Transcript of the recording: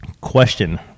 Question